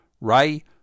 Ray